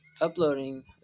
uploading